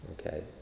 Okay